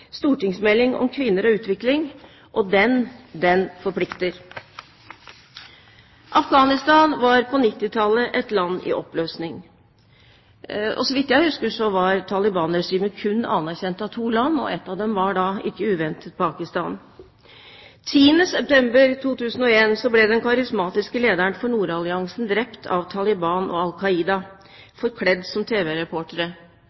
stortingsmelding om kvinner og utvikling, og den forplikter. Afghanistan var på 1990-tallet et land i oppløsning. Så vidt jeg husker, var Taliban-regimet kun anerkjent av to land, og ett av dem var ikke uventet Pakistan. Den 10. september 2001 ble den karismatiske lederen for Nordalliansen drept av Taliban og